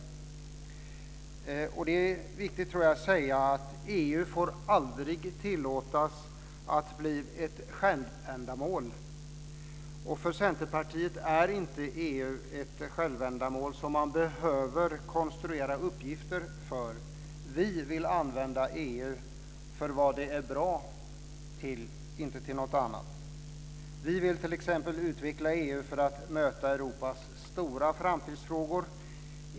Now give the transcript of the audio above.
Jag tror att det är viktigt att säga att EU aldrig får tillåtas bli ett självändamål. För oss i Centerpartiet är EU inte ett självändamål som man behöver konstruera uppgifter för. Vi vill använda EU till vad det är bra för, inte till någonting annat. Vi vill t.ex. utveckla EU för att möta Europas stora framtidsfrågor.